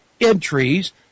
entries